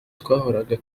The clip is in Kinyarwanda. twahoraga